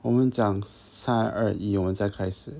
我们讲我们讲三二一我们再开始